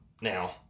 now